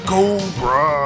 Cobra